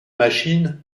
machine